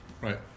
Right